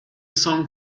song